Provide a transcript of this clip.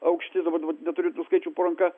aukšti dabar dabar neturiu tų skaičių po ranka